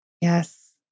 Yes